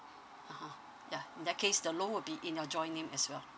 (uh huh) yeah in that case the loan will be in your joint name as well